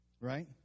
right